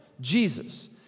Jesus